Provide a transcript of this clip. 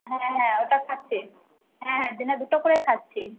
হ্যাঁ হ্যাঁ ওটা খাচ্ছি হ্যাঁ দিনে দুটো করেই খাচ্ছি